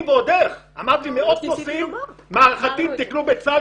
עברתי על מאות נושאים מערכתית תיקנו בצה"ל